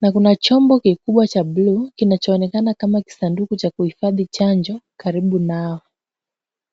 na kuna chombo kikubwa cha buluu, kinachoonekana kama kisanduku cha kuhifadhi chanjo karibu nao.